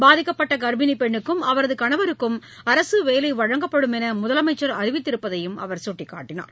பாதிக்கப்பட்ட கர்ப்பிணி பெண்னுக்கும் அவரது கணவருக்கும் அரசு வேலை வழங்கப்படும் என்று முதலமைச்சர் அறிவித்திருப்பதையும் அவர் சுட்டிக்காட்டினார்